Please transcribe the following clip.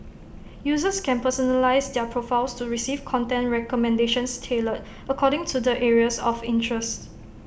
users can personalise their profiles to receive content recommendations tailored according to their areas of interest